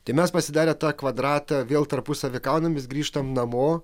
tai mes pasidarę tą kvadratą vėl tarpusavyje kaunamės grįžtam namo